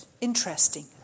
interesting